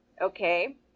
Okay